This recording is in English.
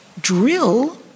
drill